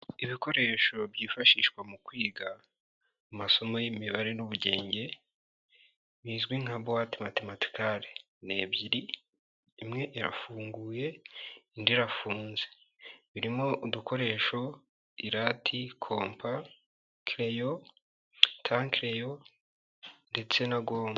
Ibikoresho byifashishwa mu kwiga, amasomo y'imibare n'ubugenge, bizwi nka buuwate matematakaie, ni ebyiri, imwe irafunguye, indi irafunze, irimo udukoresho, irati, compa kereyo ndetse na gome.